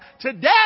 Today